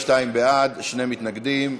42 בעד, שני מתנגדים.